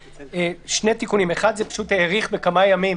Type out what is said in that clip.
שני תיקונים אחד האריך בכמה ימים